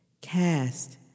cast